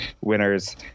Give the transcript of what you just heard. winners